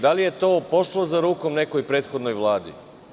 Da li je to pošlo za rukom nekoj prethodnoj vladi?